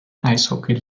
eishockey